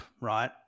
right